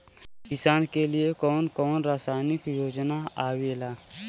किसान के लिए कवन कवन सरकारी योजना आवेला?